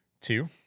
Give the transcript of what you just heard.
Two